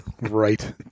Right